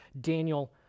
Daniel